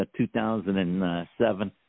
2007